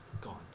gone